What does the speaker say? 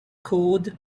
cord